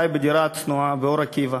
חי בדירה צנועה באור-עקיבא.